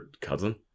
cousin